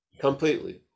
completely